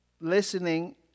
listening